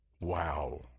Wow